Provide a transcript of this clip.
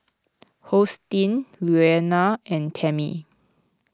Hosteen Leona and Tammie